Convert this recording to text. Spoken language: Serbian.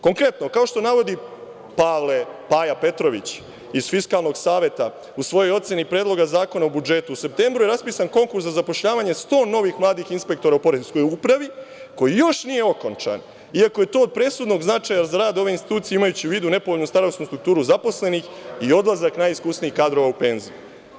Konkretno, kao što navodi Pavle Paja Petrović iz Fiskalnog saveta u svojoj oceni Predloga zakona o budžetu, u septembru je raspisan konkurs za zapošljavanje 100 novih mladih inspektora u poreskoj upravi, koji još nije okončan, iako je to od presudnog značaja za rad ove institucije, imajući u vidu nepovoljnu starosnu strukturu zaposlenih i odlazak najiskusnijih kadrova u penziju.